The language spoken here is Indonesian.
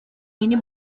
ini